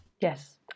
yes